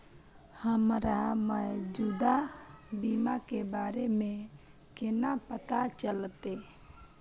हमरा मौजूदा बीमा के बारे में केना पता चलते?